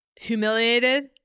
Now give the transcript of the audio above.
humiliated